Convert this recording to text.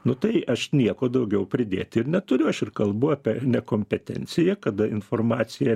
nu tai aš nieko daugiau pridėti ir neturiu aš ir kalbu apie nekompetenciją kada informacija